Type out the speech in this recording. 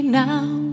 now